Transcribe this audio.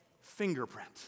fingerprint